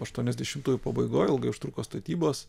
aštuoniasdešimtųjų pabaigoje ilgai užtruko statybos